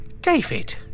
David